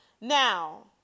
Now